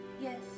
Yes